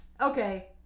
Okay